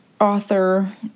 author